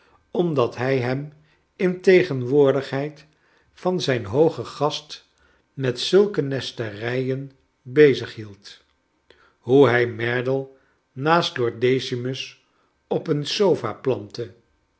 omdat hij hem in tegenwoordigheid van zijn hoogen gast met zulke nesterijen bezighield hoe hij merdle naast lord decimus op een sofa plantte